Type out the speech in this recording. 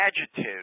adjective